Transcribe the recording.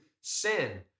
sin